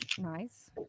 nice